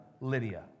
Lydia